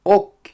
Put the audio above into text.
Och